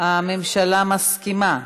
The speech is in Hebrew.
הממשלה מסכימה.